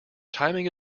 timing